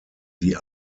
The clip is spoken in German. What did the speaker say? die